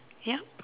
yep